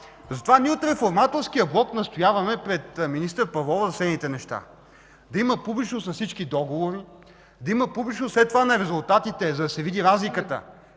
Затова ние от Реформаторския блок настояваме пред министър Павлова за следните неща. Да има публичност на всички договори. Да има публичност след това на резултатите, за да се види разликата